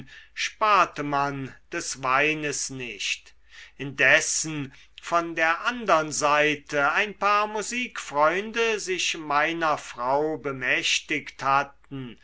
sparte man des weines nicht indessen von der andern seite ein paar musikfreunde sich meiner frau bemächtigt hatten